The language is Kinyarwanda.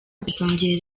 bizongera